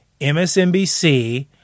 MSNBC